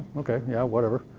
okay, yeah whatever.